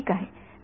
हो ठीक आहे